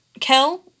Kel